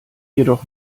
jedoch